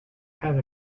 have